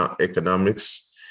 economics